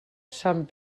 sant